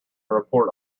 report